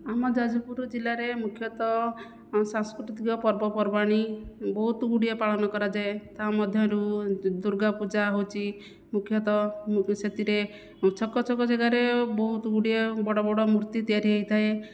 ଆମ ଯାଜପୁର ଜିଲ୍ଲାରେ ମୁଖ୍ୟତଃ ସାଂସ୍କୃତିକ ପର୍ବପର୍ବାଣି ବହୁତଗୁଡ଼ିଏ ପାଳନ କରାଯାଏ ତା' ମଧ୍ୟରୁ ଦୁର୍ଗା ପୂଜା ହେଉଛି ମୁଖ୍ୟତଃ ମୁଁ ବି ସେଥିରେ ଛକଛକ ଜାଗାରେ ବହୁତଗୁଡ଼ିଏ ବଡ଼ବଡ଼ ମୂର୍ତ୍ତି ତିଆରି ହୋଇଥାଏ